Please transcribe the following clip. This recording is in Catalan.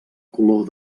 color